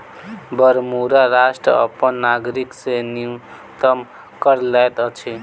Bermuda राष्ट्र अपन नागरिक से न्यूनतम कर लैत अछि